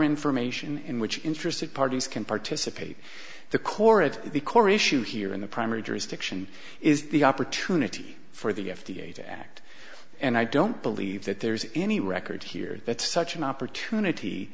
information in which interested parties can participate the core of the core issue here in the primary jurisdiction is the opportunity for the f d a to act and i don't believe that there is any record here that such an opportunity